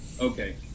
okay